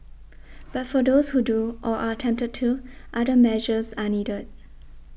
but for those who do or are tempted to other measures are needed